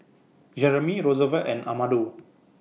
Jeramie Rosevelt and Amado